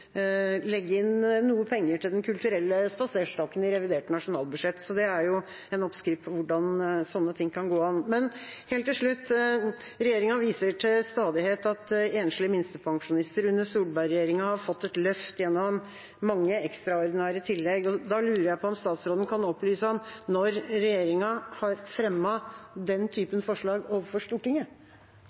noe penger til Den kulturelle spaserstokken i revidert nasjonalbudsjett, og det er en oppskrift på hvordan sånne ting kan gå an. Men helt til slutt: Regjeringa viser til stadighet til at enslige minstepensjonister under Solberg-regjeringa har fått et løft gjennom mange ekstraordinære tillegg. Da lurer jeg på om statsråden kan opplyse om når regjeringa har fremmet den typen forslag overfor Stortinget.